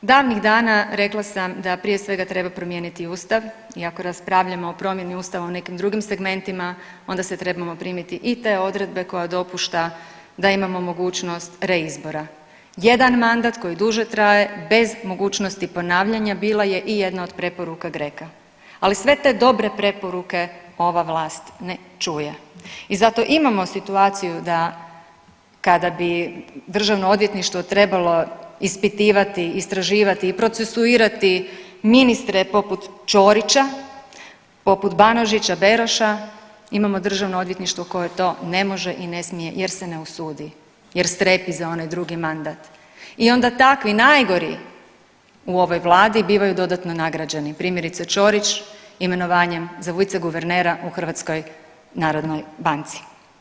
Davnih dana rekla sam da prije svega treba promijeniti ustav i ako raspravljamo o promjeni ustava u nekim drugim segmentima onda se trebamo primiti i te odredbe koja dopušta da imamo mogućnost reizbora, jedan mandat koji duže traje bez mogućnosti ponavljanja bila je i jedna od preporuka GRECO-a, ali sve te dobre preporuke ova vlast ne čuje i zato imamo situaciju da kada bi državno odvjetništvo trebalo ispitivati i istraživati i procesuirati ministre poput Ćorića, poput Banožića, Beroša, imamo državno odvjetništvo koje to ne može i ne smije jer se ne usudi jer strepi za onaj drugi mandat i onda takvi najgori u ovoj vladi bivaju dodatno nagrađeni, primjerice Ćorić imenovanjem za viceguvernera u HNB.